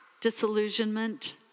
disillusionment